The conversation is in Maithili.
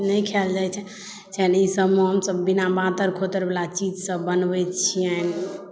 नहि खायल जाइ छनि ई सभमे हमसभ बिना बाँतर खोतर वाला चीज सभ बनबै छियनि